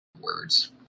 Words